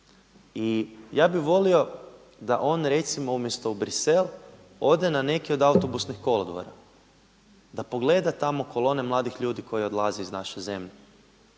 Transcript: I ja bi volio da on recimo umjesto u Bruxelles ode u neki od autobusnih kolodvora da pogleda tamo kolone mladih ljudi koji odlaze iz naše zemlje